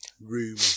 room